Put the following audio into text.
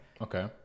Okay